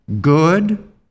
good